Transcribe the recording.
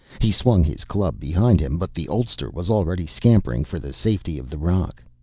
he swung his club behind him but the oldster was already scampering for the safety of the rock.